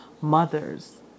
mothers